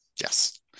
yes